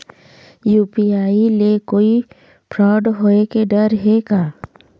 UPI ले कोई fraud होए के डर हे का?